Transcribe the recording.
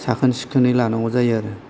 साखोन सिखोनै लानांगौ जायो आरो